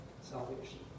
salvation